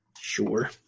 Sure